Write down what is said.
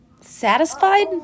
Satisfied